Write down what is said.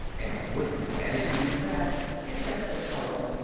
and i wouldn't have managed even that except that alice,